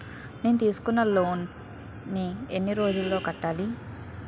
నేను తీసుకున్న లోన్ నీ ఎన్ని రోజుల్లో కట్టాలి?